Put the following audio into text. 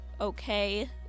okay